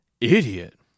idiot